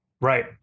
Right